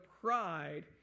pride